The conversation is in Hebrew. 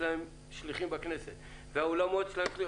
יש להם שליחים בכנסת; ולאולמות יש.